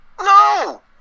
no